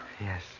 Yes